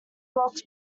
blocks